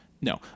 no